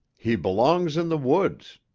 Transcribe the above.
he belongs in the woods.